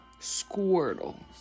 Squirtle